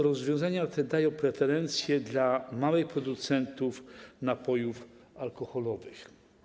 Rozwiązania te wprowadzają preferencje dla małych producentów napojów alkoholowych.